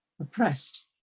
oppressed